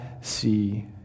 see